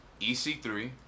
EC3